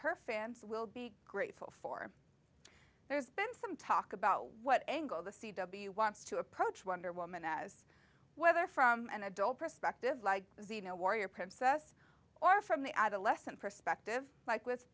her fans will be grateful for there's been some talk about what angle the c w wants to approach wonder woman as whether from an adult perspective like xena warrior princess or from the adolescent perspective like with